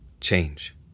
Change